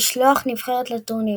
לשלוח נבחרת לטורניר.